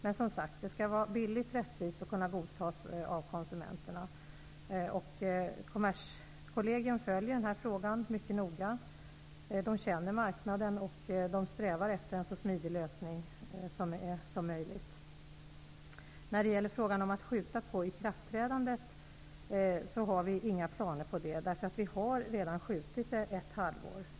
Men, som sagt, det skall vara billigt, rättvist och kunna godtas av konsumenterna. Kommerskollegium, som känner marknaden, följer denna fråga mycket noga och strävar efter en så smidig lösning som möjligt. Vi har inga planer på att skjuta på ikraftträdandet. Vi har nämligen redan skjutit på detta ett halvår.